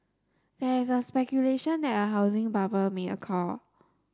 there is a speculation that a housing bubble may occur